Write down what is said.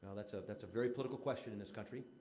well, that's ah that's a very political question in this country.